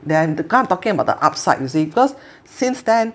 then the curve I'm talking about the upside you see because since then